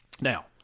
Now